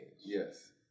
Yes